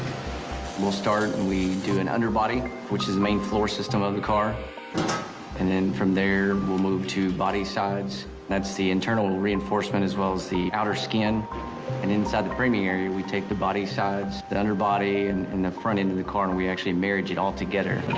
we'll start and we do an underbody which is the main floor system of the car and then from there we'll move to body sides that's the internal reinforcement as well as the outer skin and inside the framing area we take the body sides the underbody and and the front end of the car and we actually marriage it all together.